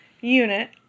unit